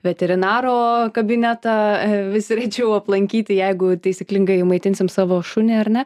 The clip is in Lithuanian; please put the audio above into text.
veterinaro kabinetą vis rečiau aplankyti jeigu taisyklingai maitinsim savo šunį ar ne